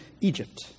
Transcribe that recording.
Egypt